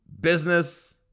business